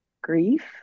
grief